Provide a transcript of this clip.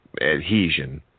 adhesion